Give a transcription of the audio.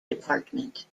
department